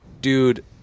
dude